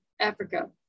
africa